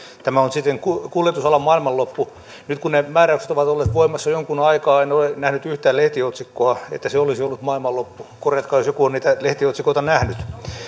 tämä on sitten kuljetusalan maailmanloppu nyt kun ne määräykset ovat olleet voimassa jonkun aikaa en ole nähnyt yhtään lehtiotsikkoa että se olisi ollut maailmanloppu korjatkaa jos joku on niitä lehtiotsikoita nähnyt